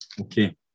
Okay